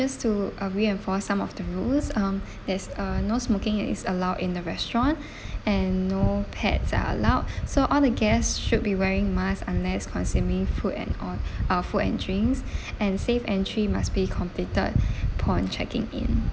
just to uh reinforce some of the rules um there's uh no smoking is allowed in the restaurant and no pets are allowed so all the guests should be wearing mask unless consuming food and or uh food and drinks and safe entry must be completed upon checking in